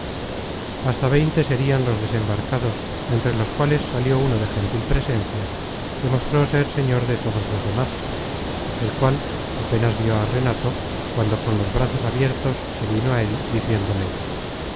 hasta veinte serian los desembarcados entre los cuales salió uno de gentil presencia que mostró ser señor de todos los demas el cual apenas vió á renato cuando con los brazos abiertos se vino á él diciéndole